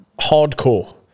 hardcore